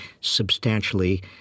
substantially